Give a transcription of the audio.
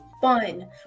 fun